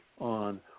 on